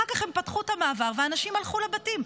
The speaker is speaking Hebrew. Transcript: אחר כך הם פתחו את המעבר והאנשים הלכו לבתים.